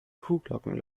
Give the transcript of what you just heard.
kuhglocken